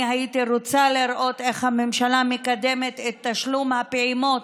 אני הייתי רוצה לראות איך הממשלה מקדמת את תשלום הפעימות